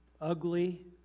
ugly